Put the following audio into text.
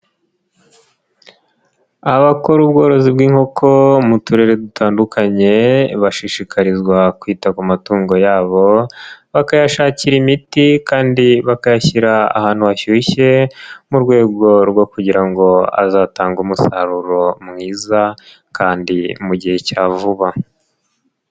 Abakora ubworozi bw'inkoko mu turere dutandukanye, bashishikarizwa kwita ku matungo yabo, bakayashakira imiti kandi bakayashyira ahantu hashyushye mu rwego rwo kugira ngo azatangage umusaruro mwiza kandi mu gihe cya vuba.